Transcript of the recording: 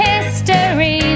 history